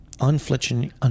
unflinching